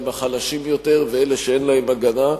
הם החלשים ביותר ואלה שאין להם הגנה,